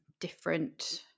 different